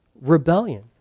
rebellion